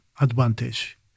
advantage